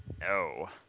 No